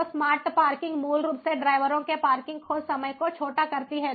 तो smart parking मूल रूप से ड्राइवरों के पार्किंग खोज समय को छोटा करती है